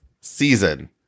season